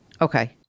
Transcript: Okay